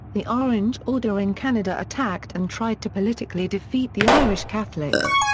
the orange order in canada attacked and tried to politically defeat the irish catholics.